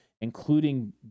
including